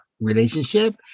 relationship